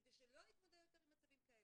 כדי שלא נתמודד יותר עם מצבים כאלה.